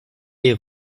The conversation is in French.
les